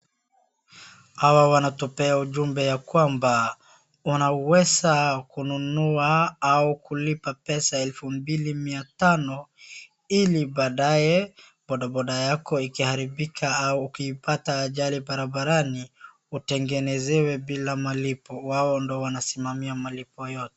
Hawa wanatupea ujumbe ya kwamba unaweza kununua au kulipa pesa elfu mbili mia tano ili badae bodaboda yako ikiharibika au ukipata ajali barabarani utengenezewe bila malipo. Wao ndio wanasimamia malipo yote.